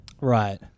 Right